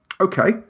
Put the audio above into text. Okay